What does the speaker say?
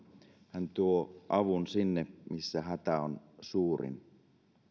hän tuo avun sinne missä hätä on suurin